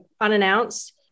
unannounced